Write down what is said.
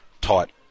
taught